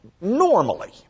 normally